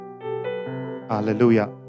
Hallelujah